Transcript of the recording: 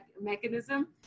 mechanism